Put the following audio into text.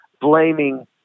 blaming